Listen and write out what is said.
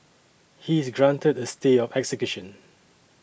he is granted a stay of execution